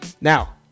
Now